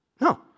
No